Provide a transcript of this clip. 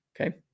Okay